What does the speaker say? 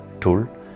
tool